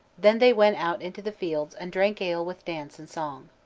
then they went out into the fields, and drank ale with dance and song.